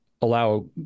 allow